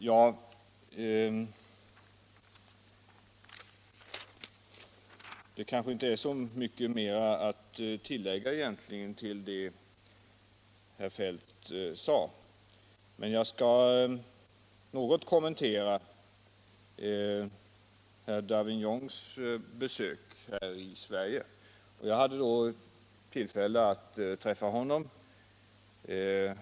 Det kanske egentligen inte är så mycket att tillägga till det som herr Feldt anförde, men jag skall något kommentera herr Davignons besök i Sverige. Jag hade då tillfälle att träffa honom.